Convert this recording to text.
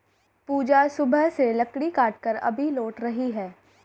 पूजा सुबह से लकड़ी काटकर अभी लौट रही है